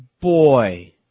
boy